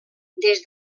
des